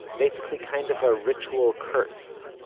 basically kind of a ritual curse.